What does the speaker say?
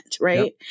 right